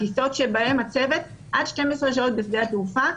טיסות שבהן הצוות עד 12 בשדה התעופה,